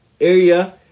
area